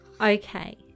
Okay